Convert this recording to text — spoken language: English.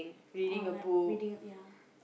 or like reading ya